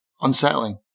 unsettling